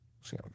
See